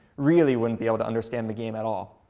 really wouldn't be able to understand the game at all.